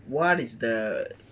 what is the